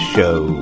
Show